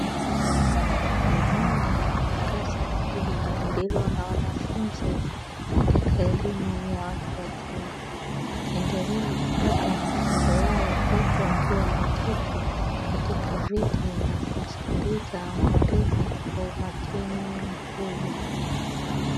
Ni moja ya darasa kubwa lililo na wanafunzi katika elimu ya watu wazima wakiendelea kupata mafunzo yao huku wakiwa wameketi katika viti na kumsikiliza mwalimu kwa umakini mkubwa.